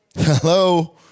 Hello